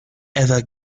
ever